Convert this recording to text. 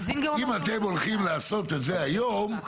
אם אתם הולכים לעשות את זה היום,